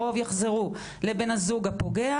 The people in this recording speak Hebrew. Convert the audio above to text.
הרוב יחזרו לבן הזוג הפוגע.